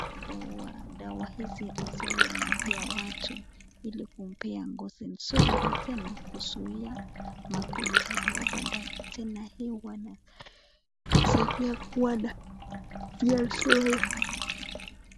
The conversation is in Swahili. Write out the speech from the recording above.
Dawa , dawa hizi hasa huwa napea watu ili kumpea ngozi nzuri na tena kuzuia magonjwa ya baadae, zinaliwa na kusaidia kuwa na afya nzuri.